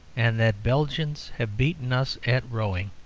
and that belgians have beaten us at rowing.